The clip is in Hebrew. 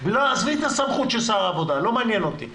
עזבי את הסמכות של שר העבודה, לא מעניין אותי.